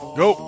go